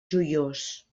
joiós